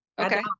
Okay